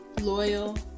loyal